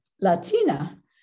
Latina